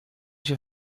się